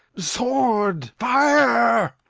sword! fire!